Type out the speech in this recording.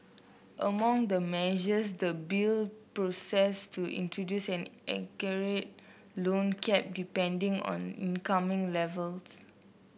among the measures the bill proposes to introduce an aggregate loan cap depending on income levels